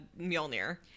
Mjolnir